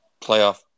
playoff